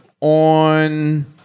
on